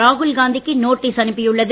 ராகுல் காந்திக்கு நோட்டீஸ் அனுப்பியுள்ளது